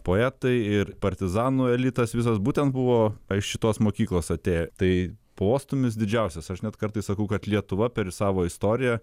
poetai ir partizanų elitas visas būtent buvo iš šitos mokyklos atėję tai postūmis didžiausias aš net kartais sakau kad lietuva per savo istoriją